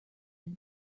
have